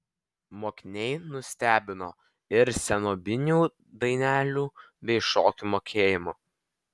mokiniai nustebino ir senobinių dainelių bei šokių mokėjimu